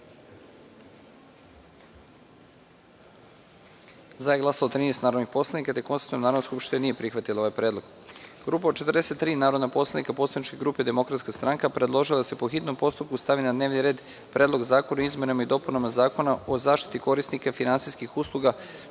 prisutnih 159 narodnih poslanika. Konstatujem da Narodna skupština nije prihvatila ovaj predlog. Grupa od 43 narodna poslanika Poslaničke grupe Demokratska stranka predložila je da se po hitnom postupku stavi na dnevni red Predlog zakona o izmenama i dopunama Zakona o zaštiti korisnika finansijskih usluga,